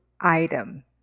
item